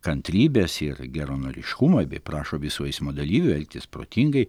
kantrybės ir geranoriškumo bei prašo visų eismo dalyvių elgtis protingai